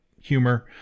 humor